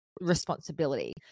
responsibility